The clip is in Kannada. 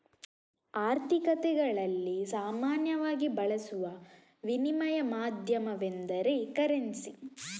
ಆರ್ಥಿಕತೆಗಳಲ್ಲಿ ಸಾಮಾನ್ಯವಾಗಿ ಬಳಸುವ ವಿನಿಮಯ ಮಾಧ್ಯಮವೆಂದರೆ ಕರೆನ್ಸಿ